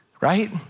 right